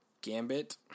Gambit